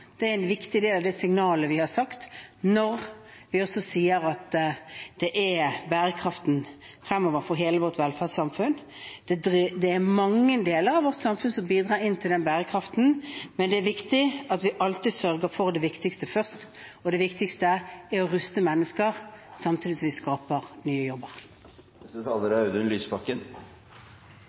Det er en viktig del av det signalet vi har sendt, når vi også sier at det er bærekraften fremover for hele vårt velferdssamfunn. Det er mange deler av vårt samfunn som bidrar til den bærekraften, men det er viktig at vi alltid sørger for det viktigste først, og det viktigste er å ruste mennesker samtidig som vi skaper nye jobber. Det er